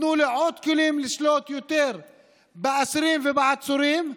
תנו לי עוד כלים לשלוט יותר באסירים ובעצורים,